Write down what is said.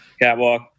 catwalk